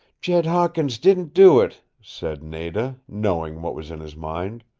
jed hawkins didn't do it, said nada, knowing what was in his mind.